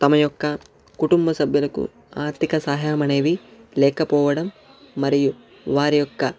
తమ యొక్క కుటుంబ సబ్యులకు ఆర్ధిక సహాయం అనేది లేకపోవడం మరియు వారి యొక్క